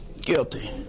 Guilty